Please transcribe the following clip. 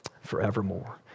forevermore